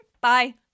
Bye